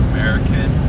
American